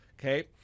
Okay